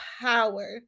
power